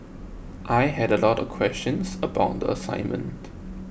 I had a lot of questions about the assignment